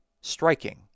striking